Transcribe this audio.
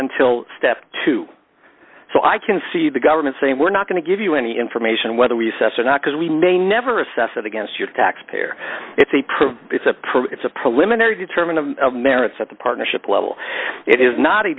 until step two so i can see the government saying we're not going to give you any information whether we assess or not because we may never assess it against your taxpayer it's a pretty it's a preliminary determine of merits at the partnership level it is not